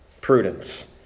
prudence